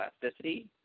plasticity